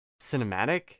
cinematic